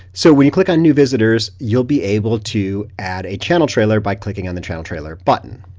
so when you click on new visitors, you'll be able to add a channel trailer by clicking on the channel trailer button.